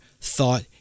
thought